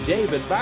David